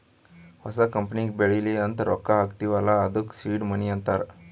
ಹೊಸ ಕಂಪನಿಗ ಬೆಳಿಲಿ ಅಂತ್ ರೊಕ್ಕಾ ಹಾಕ್ತೀವ್ ಅಲ್ಲಾ ಅದ್ದುಕ ಸೀಡ್ ಮನಿ ಅಂತಾರ